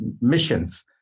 missions